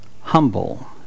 humble